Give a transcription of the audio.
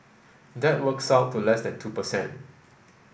that works out to less than two per cent